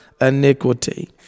iniquity